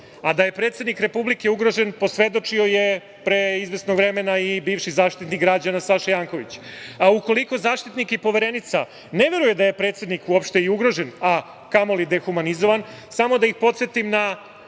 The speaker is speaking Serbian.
A da je predsednik Republike ugrožen posvedočio je pre izvesnog vremena i bivši Zaštitnik građana Saša Janković. Ukoliko Zaštitnik i Poverenica ne veruju da je predsednik uopšte i ugrožen, a kamoli dehumanizovan, samo da ih podsetim na